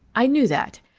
i knew that,